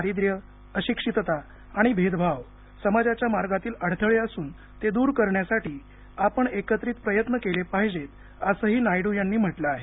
दारिद्र्य अशिक्षितता आणि भेदभाव समाजाच्या मार्गातील अडथळे असून ते दूर करण्यासाठी आपण एकत्रित प्रयत्न केले पाहिजेत असंही नायडू यांनी म्हटलं आहे